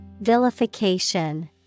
Vilification